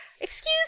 Excuse